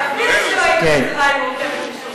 אפילו שלא היית בצבא היא מורכבת משלושה דברים.